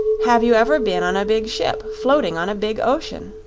have you ever been on a big ship floating on a big ocean?